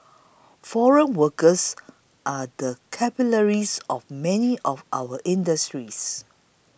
foreign workers are the capillaries of many of our industries